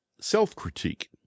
Self-critique